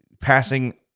passing